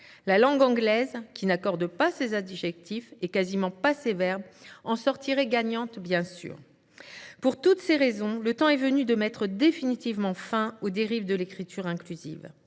La langue anglaise, qui n’accorde pas ses adjectifs, et quasiment pas ses verbes, en sortirait bien évidemment gagnante. Pour toutes ces raisons, le temps est venu de mettre définitivement fin aux dérives de l’écriture inclusive.